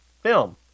film